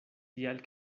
tial